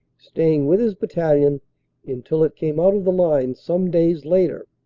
staying with his battalion until it came out of the line some days later.